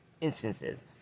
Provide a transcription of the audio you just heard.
instances